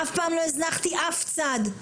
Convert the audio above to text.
אף פעם לא הזנחתי אף צד.